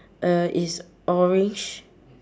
uh it's orange